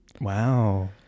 Wow